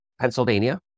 Pennsylvania